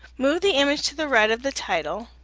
move the image to the right of the title,